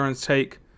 take